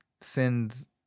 sends